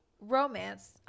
romance